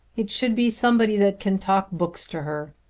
it should be somebody that can talk books to her.